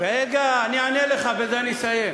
רגע, אני אענה לך ובזה אני אסיים.